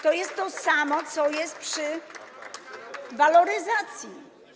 To jest to samo, co jest w przypadku waloryzacji.